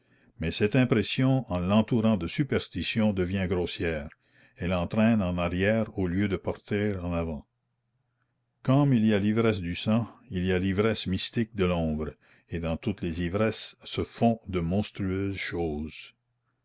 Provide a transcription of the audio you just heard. mais cette impression en l'entourant de superstitions devient grossière elle entraîne en arrière au lieu de porter en avant comme il y a l'ivresse du sang il y a l'ivresse mystique de l'ombre et dans toutes les ivresses se font de monstrueuses choses